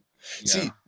See